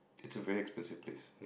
it's a very expensive place